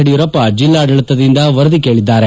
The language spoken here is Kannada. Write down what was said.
ಯಡಿಯೂರಪ್ಪ ಜಿಲ್ಡಾಡಳಿತದಿಂದ ವರದಿ ಕೇಳಿದ್ದಾರೆ